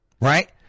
Right